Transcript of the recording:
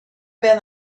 been